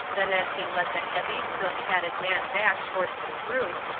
then as he led the heavy, silk-hatted man back towards the group,